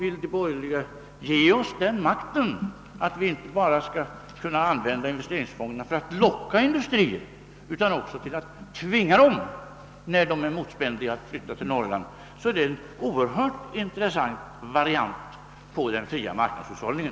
Vill de borgerliga ge oss den makten, så att vi inte bara skall kunna använda investeringsfonderna till att locka industrier till lokalisering utan också till att tvinga dem när de är motspänstiga mot att flytta till Norrland, finner jag detta vara en intressant variant på den fria marknadshushållningen.